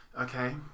Okay